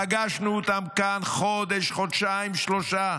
פגשנו אותם כאן חודש, חודשיים, שלושה.